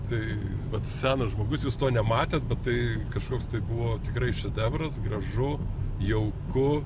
tai vat senas žmogus jūs to nematėt tai kažkoks tai buvo tikrai šedevras gražu jauku